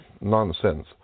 nonsense